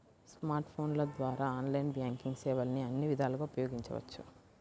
smart ఫోన్ల ద్వారా online banking సేవల్ని అన్ని విధాలుగా ఉపయోగించవచ్చు